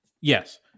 Yes